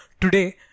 today